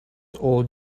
all